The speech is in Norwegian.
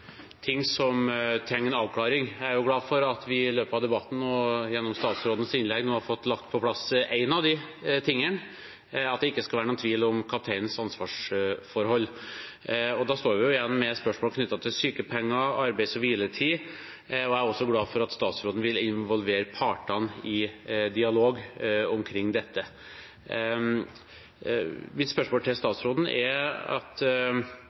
ting som trenger en avklaring. Jeg er glad for at vi i løpet av debatten og gjennom statsrådens innlegg nå har fått lagt på plass en av de tingene, at det ikke skal være noen tvil om kapteinens ansvarsforhold. Da står vi igjen med spørsmål knyttet til sykepenger, arbeids- og hviletid. Jeg er også glad for at statsråden vil involvere partene til dialog omkring dette. Loven skal gjelde fra den tiden Kongen bestemmer. Mitt spørsmål til statsråden er: Når ser statsråden for seg at